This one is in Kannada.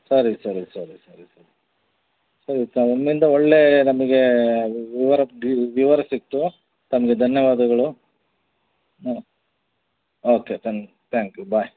ಸರಿ ಸರಿ ಸರಿ ಸರಿ ಸರಿ ಸರಿ ತಮ್ಮಿಂದ ಒಳ್ಳೆಯ ನಮಗೆ ವಿವರ ವಿವರ ಸಿಕ್ತು ತಮಗೆ ಧನ್ಯವಾದಗಳು ಹಾಂ ಓಕೆ ತ್ಯಾಂಕ್ ಯು ಬಾಯ್